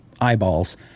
eyeballs